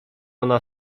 ona